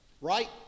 Right